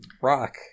rock